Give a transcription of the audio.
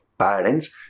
parents